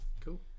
cool